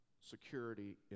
security